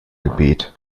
gebet